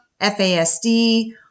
FASD